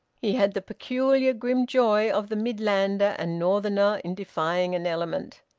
he had the peculiar grim joy of the midlander and northerner in defying an element.